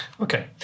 Okay